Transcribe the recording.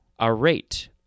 arate